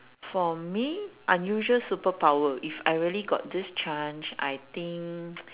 for me unusual superpower if I really got this chance I think